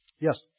Yes